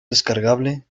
descargable